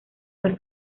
fue